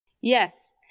Yes